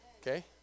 Okay